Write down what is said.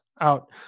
out